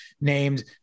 named